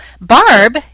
Barb